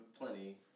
plenty